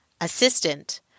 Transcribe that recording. assistant